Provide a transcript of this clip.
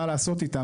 מה לעשות איתן,